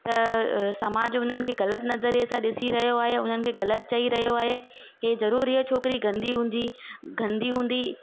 त अ समाज उन्हनि खे ग़लति नज़रिये सां ॾिसी रहियो आहे उन्हनि खे ग़लति चई रहियो आहे के ज़रूर इह छोकिरी गंदी हूंजी गंदी हूंदी